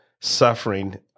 suffering